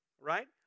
Right